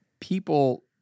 people